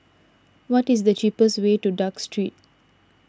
what is the cheapest way to Duke Street